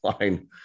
line